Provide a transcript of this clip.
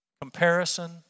Comparison